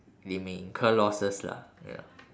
they may incur losses lah ya